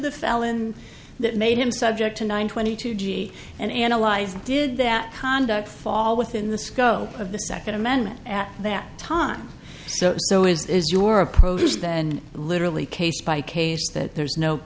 the felon that made him subject to nine twenty two g and analyzed did that conduct fall within the scope of the second amendment at that time so so is your approach then literally case by case that there's no